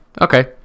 Okay